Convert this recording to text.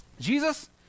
Jesus